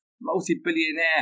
multi-billionaire